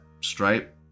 stripe